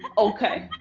okay.